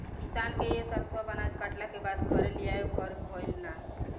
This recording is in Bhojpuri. किसान के ए साल सब अनाज कटला के बाद घरे लियावे भर ना भईल